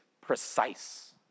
precise